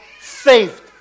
Saved